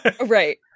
Right